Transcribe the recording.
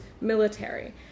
military